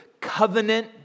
covenant